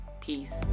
Peace